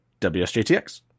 WSJTX